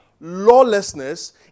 lawlessness